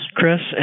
Chris